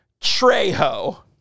Trejo